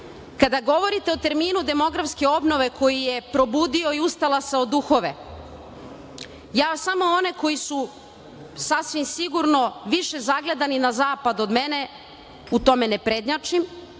dece. Kada govorite o terminu demografske obnove koji je probudio i ustalasao duhove, ja samo one koji su sasvim sigurno, više zagledani na zapad od mene, u tome ne prednjačim,